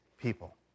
people